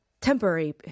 temporary